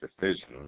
decision